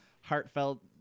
heartfelt